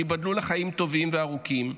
שייבדלו לחיים טובים וארוכים,